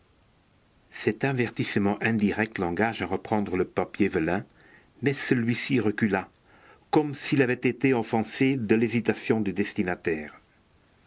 cet avertissement indirect l'engage à reprendre le papier vélin mais celui-ci recula comme s'il avait été offensé de l'hésitation du destinataire